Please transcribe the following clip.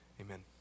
Amen